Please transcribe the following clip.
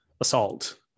assault